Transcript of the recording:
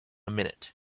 minute